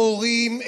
מורים,